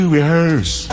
rehearse